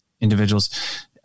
individuals